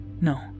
No